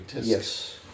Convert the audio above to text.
yes